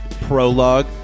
Prologue